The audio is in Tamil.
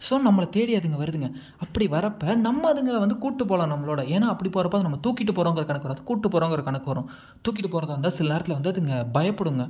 ஸோ நம்மளை தேடி அதுங்க வருதுங்க அப்படி வரப்போ நம்ம அதுங்களை வந்து கூட்டு போகலாம் நம்மளோடய ஏன்னால் அப்படி போகிறப்ப அது நம்ம தூக்கிட்டு போகிறோங்கிற கணக்கு வராது கூப்பிட்டு போறோங்கிற கணக்கு வரும் தூக்கிட்டு போகிறதா இருந்தால் சில நேரத்தில் வந்து அதுங்க பயப்படுங்க